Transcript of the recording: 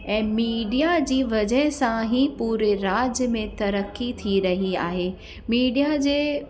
ऐं मीडिया जी वजह सां ई पूरे राज्य में तरक़ी थी रही आहे मीडिया जे